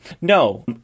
no